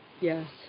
Yes